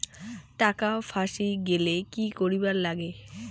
টাকা ফাঁসি গেলে কি করিবার লাগে?